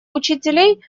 учителей